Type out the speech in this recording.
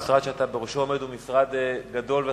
המשרד שאתה עומד בראשו הוא משרד גדול וחשוב,